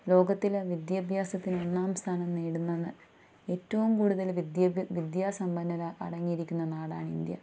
ലോകത്തിലെ വിദ്യാഭ്യാസത്തിൽ ഒന്നാം സ്ഥാനം നേടുന്നത് ഏറ്റും കൂടുതൽ വിദ്യാഭ്യാ വിദ്യാസമ്പന്നര് അടങ്ങിയിരിക്കുന്ന നാടാണ് ഇന്ത്യ